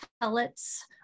pellets